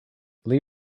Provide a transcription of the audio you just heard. lee